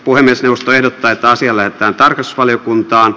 puhemiesneuvosto ehdottaa että asia lähetetään tarkastusvaliokuntaan